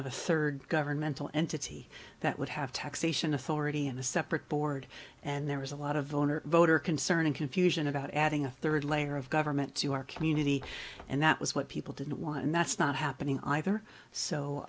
of a third governmental entity that would have taxation authority and a separate board and there was a lot of owner voter concern and confusion about adding a third layer of government to our community and that was what people didn't want and that's not happening either so